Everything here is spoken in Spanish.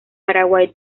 paraguay